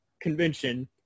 convention